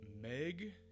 Meg